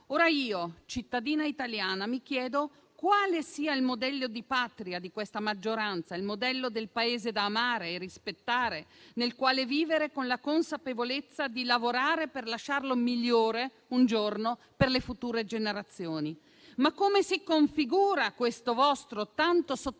Ora io, cittadina italiana, mi chiedo quale sia il modello di Patria di questa maggioranza, il modello del Paese da amare e da rispettare, nel quale vivere con la consapevolezza di lavorare per lasciarlo migliore un giorno per le future generazioni. Come si configura il vostro tanto sottolineato